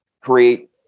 create